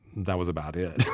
that was about it.